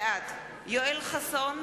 בעד יואל חסון,